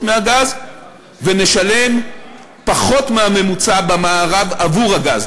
מהגז ונשלם פחות מהממוצע במערב עבור הגז,